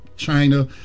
China